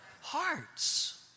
Hearts